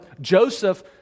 Joseph